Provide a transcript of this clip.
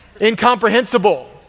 incomprehensible